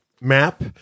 map